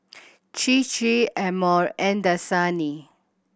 Chir Chir Amore and Dasani